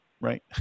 right